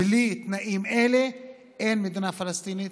בלי תנאים אלו אין מדינה פלסטינית,